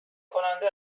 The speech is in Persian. کننده